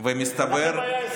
היו